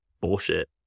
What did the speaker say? bullshit